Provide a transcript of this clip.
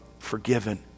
forgiven